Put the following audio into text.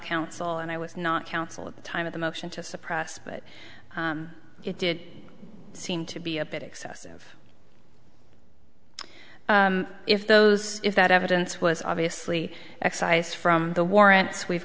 counsel and i was not counsel at the time of the motion to suppress it it did seem to be a bit excessive if those if that evidence was obviously excise from the warrants we've